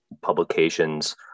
publications